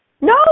No